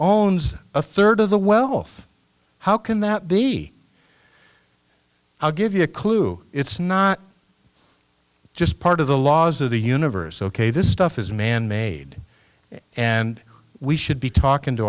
own a third of the wealth how can that be i'll give you a clue it's not just part of the laws of the universe ok this stuff is manmade and we should be talking to